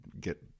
get